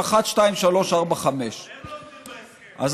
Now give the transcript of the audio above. תירוצים: 1, 2, 3, 4, 5. אבל הם לא עומדים בהסכם.